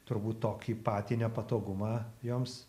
turbūt tokį patį nepatogumą joms